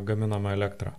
gaminamą elektrą